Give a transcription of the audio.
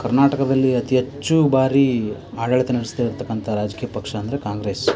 ಕರ್ನಾಟಕದಲ್ಲಿ ಅತಿ ಎಚ್ಚು ಬಾರೀ ಆಡಳಿತ ನಡೆಸ್ತಾಯಿರ್ತಕ್ಕಂಥ ರಾಜಕೀಯ ಪಕ್ಷ ಅಂದರೆ ಕಾಂಗ್ರೆಸು